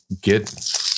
get